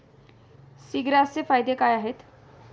सीग्रासचे फायदे काय आहेत?